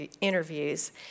interviews